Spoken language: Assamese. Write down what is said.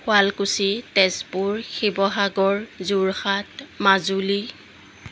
শুৱালকুছি তেজপুৰ শিৱসাগৰ যোৰহাট মাজুলী